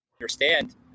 understand